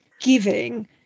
giving